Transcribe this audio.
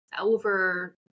over